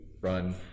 run